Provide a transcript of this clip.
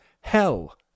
Hell